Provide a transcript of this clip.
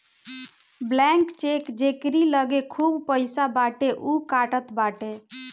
blank cheque जेकरी लगे खूब पईसा बाटे उ कटात बाटे